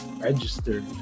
registered